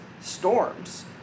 storms